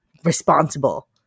responsible